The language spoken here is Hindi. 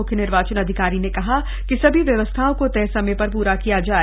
मुख्य निर्वाचन अधिकारी ने कहा कि सभी व्यवस्थाओं को तय समय पर पूरा किया जाए